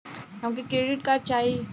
हमके credit card चाही